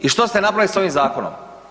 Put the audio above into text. I što ste napravili s ovim zakonom?